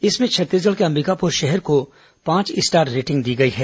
इसमें छत्तीसगढ़ के अंबिकापुर शहर को को पांच स्टार रेटिंग दी गई हैं